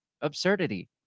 absurdity